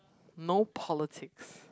no politic